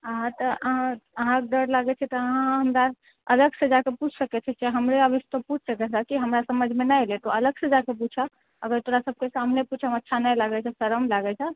आ तऽ अहाँ अहाँके डर लागै छै तऽ अहाँ हमरा अलग से जाके पुछि सकैत छी चाहै हमरे आबि कऽ तोँ पुछि सकैत छह कि हमरा समझमे नहि अयलै तऽ अलग से जाके पुछऽ अगर तोरा सबके सामनेमे पुछैमे अच्छा नहि लागै छह शरम लागै छह